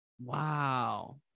wow